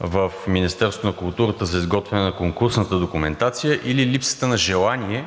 в Министерството на културата за изготвяне на конкурсната документация или липсата на желание